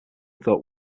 thought